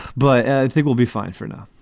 but i think we'll be fine for now